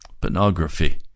pornography